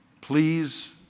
please